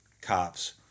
cops